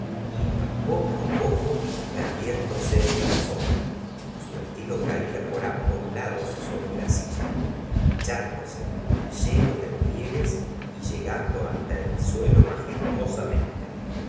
iba poco á poco perdiéndose en la sombra su vestido caía por ambos dindose lados sobre la silla hinchándose lleno de pliegues y llegando hasta el suelo majestuosamente